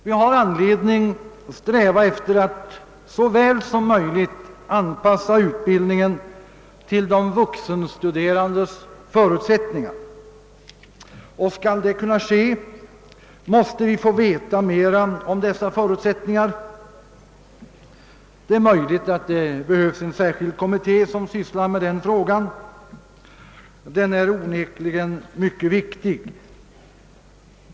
Vi har anledning sträva efter att så väl som möjligt anpassa utbildningen Fredagen den Viss till de vuxenstuderandes förutsättningar, och därför måste vi få veta mera om dessa förutsättningar. Möjligen behövs en särskild kommitté som sysslar med den frågan, ty den är onekligen mycket viktig.